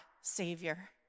savior